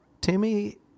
Timmy